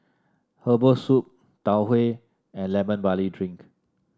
Herbal Soup Tau Huay and Lemon Barley Drink